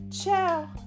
Ciao